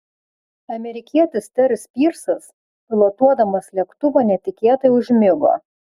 amerikietis teris pyrsas pilotuodamas lėktuvą netikėtai užmigo